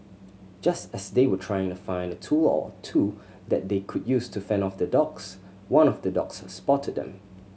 just as they were trying to find a tool or two that they could use to fend off the dogs one of the dogs spotted them